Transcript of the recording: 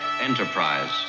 Enterprise